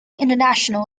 international